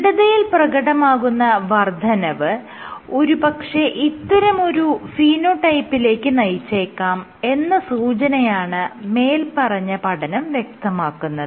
ദൃഢതയിൽ പ്രകടമാകുന്ന വർദ്ധനവ് ഒരു പക്ഷെ ഇത്തരമൊരു ഫീനോടൈപ്പിലേക്ക് നയിച്ചേക്കാം എന്ന സൂചനയാണ് മേല്പറഞ്ഞ പഠനം വ്യക്തമാകുന്നത്